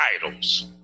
titles